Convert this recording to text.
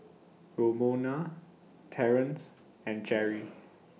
Romona Terence and Jerrie